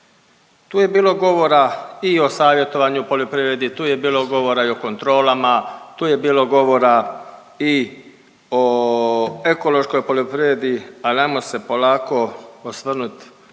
Tu je bilo govora i o savjetovanju u poljoprivredi, tu je bilo govora i o kontrolama, tu je bilo govora i o ekološkoj poljoprivredi al ajmo se polako osvrnut